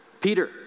Peter